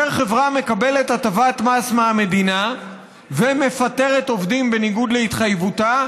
כאשר חברה מקבלת הטבת מס מהמדינה ומפטרת עובדים בניגוד להתחייבותה,